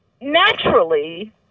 naturally